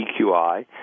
EQI